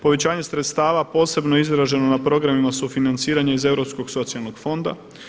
Povećanje sredstava posebno je izraženo na programima sufinanciranja iz Europskog socijalnog fonda.